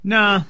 Nah